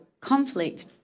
conflict